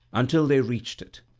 until they reached it.